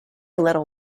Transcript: little